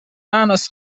مهناز